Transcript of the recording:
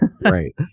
Right